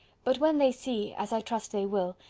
but when they see, as i trust they will,